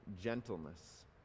gentleness